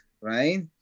right